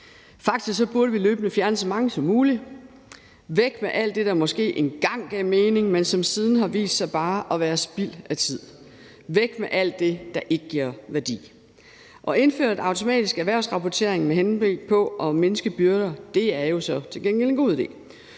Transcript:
Faktisk burde vi løbende fjerne så mange som muligt. Væk med alt det, der måske engang gav mening, men som siden har vist sig bare at være spild af tid. Væk med alt det, der ikke giver værdi. At indføre en automatisk erhvervsrapportering med henblik på at mindske byrderne er jo så til gengæld en god idé.